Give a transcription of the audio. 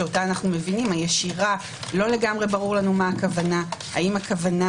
לא ברור לנו למה הכוונה - האם הכוונה